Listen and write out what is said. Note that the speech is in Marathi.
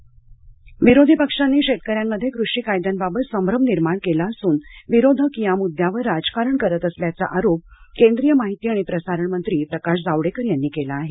जावडेकर विरोधी पक्षांनी शेतकऱ्यांमध्ये कृषी कायद्यांबाबत संभ्रम निर्माण केला असून विरोधक या मुद्द्यावर राजकारण करत असल्यचा आरोप केंद्रीय माहिती आणि प्रसारण मंत्री प्रकाश जावडेकर यांनी केला आहे